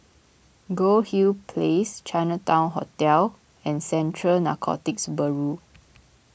Goldhill Place Chinatown Hotel and Central Narcotics Bureau